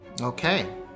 Okay